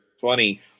funny